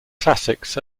classics